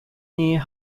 near